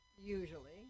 Usually